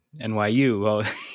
nyu